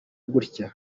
gutyo